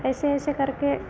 ऐसे ऐसे करके